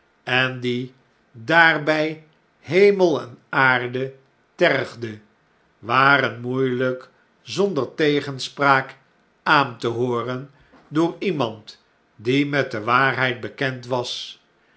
en die daarby henoel en aarde tergde waren moeieljjk zonder tegenspraak aan te hooren door iemand die met de waarheid bekend was